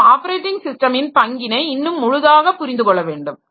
நாம் ஆப்பரேட்டிங் ஸிஸ்டமின் பங்கினை இன்னும் முழுதாக புரிந்து கொள்ள வேண்டும்